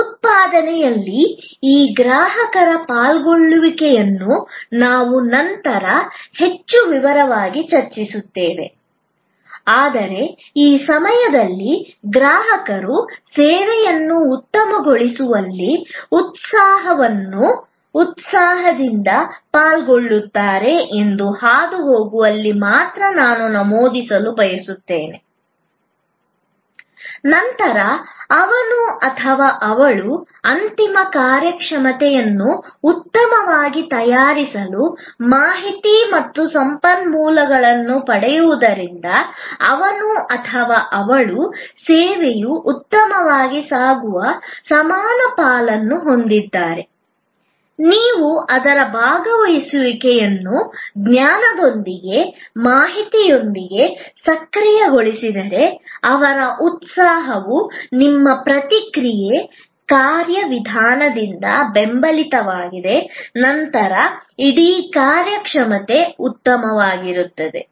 ಉತ್ಪಾದನೆಯಲ್ಲಿ ಈ ಗ್ರಾಹಕರ ಪಾಲ್ಗೊಳ್ಳುವಿಕೆಯನ್ನು ನಾವು ನಂತರ ಹೆಚ್ಚು ವಿವರವಾಗಿ ಚರ್ಚಿಸುತ್ತೇವೆ ಆದರೆ ಈ ಸಮಯದಲ್ಲಿ ಗ್ರಾಹಕರು ಸೇವೆಯನ್ನು ಉತ್ತಮಗೊಳಿಸುವಲ್ಲಿ ಉತ್ಸಾಹದಿಂದ ಪಾಲ್ಗೊಳ್ಳುತ್ತಾರೆ ಎಂದು ಹಾದುಹೋಗುವಲ್ಲಿ ಮಾತ್ರ ನಾನು ನಮೂದಿಸಲು ಬಯಸುತ್ತೇನೆ ನಂತರ ಅವನು ಅಥವಾ ಅವಳು ಅಂತಿಮ ಕಾರ್ಯಕ್ಷಮತೆಯನ್ನು ಉತ್ತಮವಾಗಿ ತಯಾರಿಸಲು ಮಾಹಿತಿ ಮತ್ತು ಸಂಪನ್ಮೂಲಗಳನ್ನು ಪಡೆಯುವುದರಿಂದ ಅವನು ಅಥವಾ ಅವಳು ಸೇವೆಯು ಉತ್ತಮವಾಗಿ ಸಾಗುವ ಸಮಾನ ಪಾಲನ್ನು ಹೊಂದಿದ್ದಾರೆ ನೀವು ಅವರ ಭಾಗವಹಿಸುವಿಕೆಯನ್ನು ಜ್ಞಾನದೊಂದಿಗೆ ಮಾಹಿತಿಯೊಂದಿಗೆ ಸಕ್ರಿಯಗೊಳಿಸಿದರೆ ಅವರ ಉತ್ಸಾಹವು ನಿಮ್ಮ ಪ್ರತಿಕ್ರಿಯೆ ಕಾರ್ಯವಿಧಾನದಿಂದ ಬೆಂಬಲಿತವಾಗಿದೆ ನಂತರ ಇಡೀ ಕಾರ್ಯಕ್ಷಮತೆ ಉತ್ತಮವಾಗಿರುತ್ತದೆ